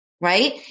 right